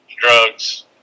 drugs